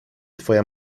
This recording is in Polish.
twoja